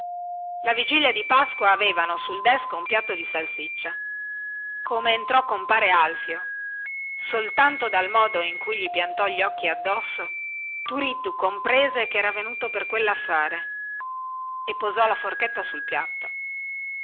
la vigilia di pasqua avevano sul desco un piatto di salsiccia come entrò compare alfio soltanto dal modo in cui gli piantò gli occhi addosso turiddu comprese che era venuto per quellaffare e posò la forchetta sul piatto